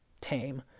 tame